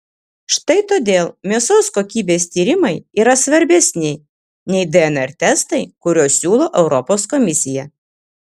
štai todėl mėsos kokybės tyrimai yra svarbesni nei dnr testai kuriuos siūlo europos komisija